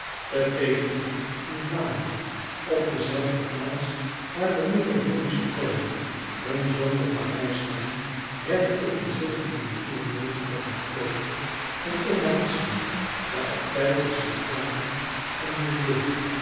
te peteghem in vlaanderen op dezelfde plaats waar de merovingische koningen hun zomerpaleis hadden redde ik in een klooster van urbanisten de abdij van st clara en